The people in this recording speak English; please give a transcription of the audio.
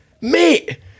Mate